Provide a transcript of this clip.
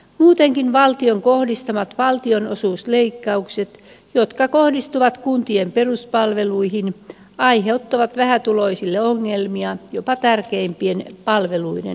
muutenkin valtion kohdistamat valtionosuusleikkaukset jotka kohdistuvat kuntien peruspalveluihin aiheuttavat vähätuloisille ongelmia jopa tärkeimpien palveluiden saamiseen